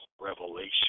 revelation